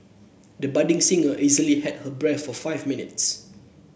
the budding singer easily held her breath for five minutes